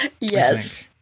Yes